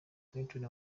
clinton